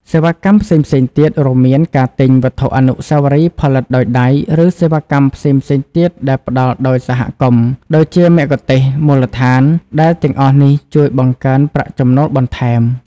សេវាកម្មផ្សេងៗទៀត រួមមានការទិញ វត្ថុអនុស្សាវរីយ៍ ផលិតដោយដៃ ឬ សេវាកម្មផ្សេងៗទៀតដែលផ្តល់ដោយសហគមន៍ ដូចជាមគ្គុទ្ទេសក៍មូលដ្ឋាន ដែលទាំងអស់នេះជួយបង្កើនប្រាក់ចំណូលបន្ថែម។